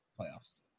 playoffs